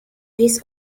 his